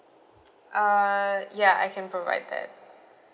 uh ya I can provide that